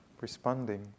responding